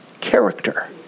character